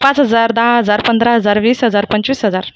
पाच हजार दहा हजार पंधरा हजार वीस हजार पंचवीस हजार